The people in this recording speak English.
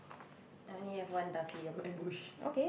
I only have one ducky in my bush